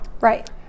Right